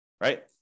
right